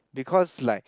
because like